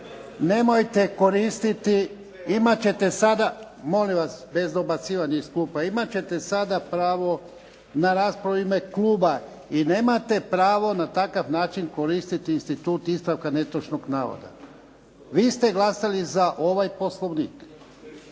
iz klupa, imati ćete sada pravo na raspravu u ime kluba i nemate pravo na takav način koristiti institut ispravka netočnog navoda. Vi ste glasali za ovaj Poslovnik.